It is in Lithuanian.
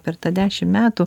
per tą dešim metų